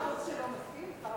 שר החוץ שלו מסכים?